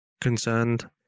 concerned